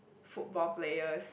football players